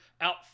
out